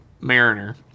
Mariner